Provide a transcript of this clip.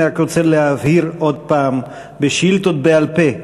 אני רק רוצה להבהיר עוד פעם לגבי שאילתות בעל-פה.